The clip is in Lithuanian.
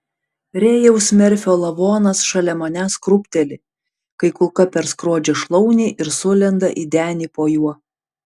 rėjaus merfio lavonas šalia manęs krūpteli kai kulka perskrodžia šlaunį ir sulenda į denį po juo